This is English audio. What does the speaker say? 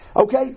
Okay